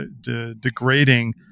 degrading